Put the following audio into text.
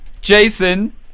Jason